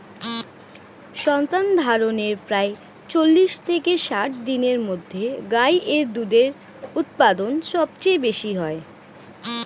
সন্তানধারণের প্রায় চল্লিশ থেকে ষাট দিনের মধ্যে গাই এর দুধের উৎপাদন সবচেয়ে বেশী হয়